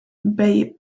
bay